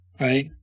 Right